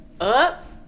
Up